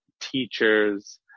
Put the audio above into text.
teachers